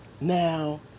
Now